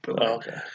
Okay